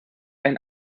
ein